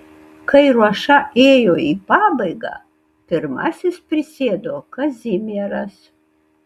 kai ruoša ėjo į pabaigą pirmasis prisėdo kazimieras